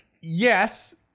Yes